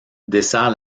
dessert